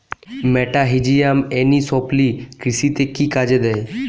মেটাহিজিয়াম anisopliae কৃষিতে কি কাজে দেয়?